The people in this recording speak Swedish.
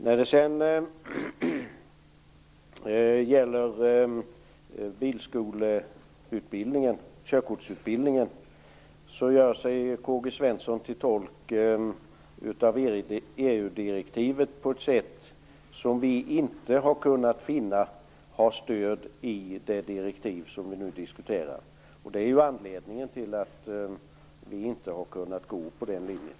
När det gäller körkortsutbildningen gör sig K-G Svenson till tolk för EU-direktivet på ett sätt som vi inte har kunnat finna stöd för i det direktiv som vi nu diskuterar. Det är anledningen till att vi inte kunnat gå på den linjen.